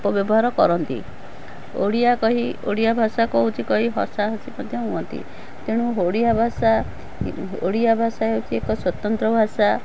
ଅପବ୍ୟବହାର କରନ୍ତି ଓଡ଼ିଆ କହି ଓଡ଼ିଆ ଭାଷା କହୁଛି କହି ହସା ହସି ମଧ୍ୟ ହୁଅନ୍ତି ତେଣୁ ଓଡ଼ିଆ ଭାଷା ଓଡ଼ିଆ ଭାଷା ହେଉଛି ଏକ ସ୍ଵତନ୍ତ୍ର ଭାଷା